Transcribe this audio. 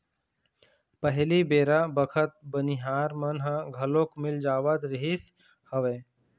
पहिली बेरा बखत बनिहार मन ह घलोक मिल जावत रिहिस हवय